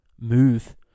Move